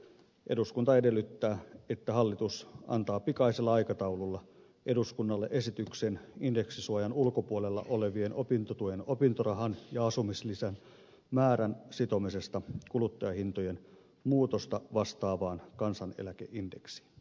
eduskunta edellyttää että hallitus antaa pikaisella aikataululla eduskunnalle esityksen indeksisuojan ulkopuolella olevien opintotuen opintorahan ja asumislisän määrän sitomisesta kuluttajahintojen muutosta vastaavaan kansaneläkeindeksiin